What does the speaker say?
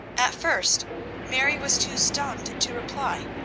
at first mary was too stunned to reply,